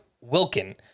Wilkin